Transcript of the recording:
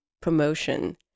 promotion